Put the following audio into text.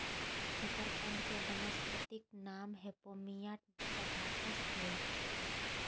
शकरकंद के वानस्पतिक नाम इपोमिया बटाटास हइ